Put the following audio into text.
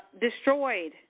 destroyed